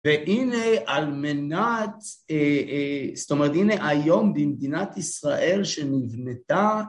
והנה על מנת, זאת אומרת הנה היום במדינת ישראל שנבנתה